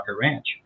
Ranch